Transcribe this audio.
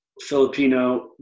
Filipino